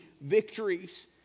victories